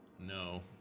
No